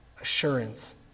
assurance